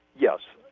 yes.